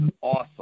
awesome